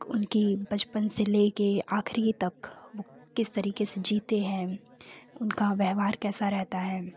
उनकी बचपन से ले के आखिरी तक वो किस तरीके से जीते हैं उनका व्यवहार कैसा रहता है